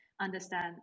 understand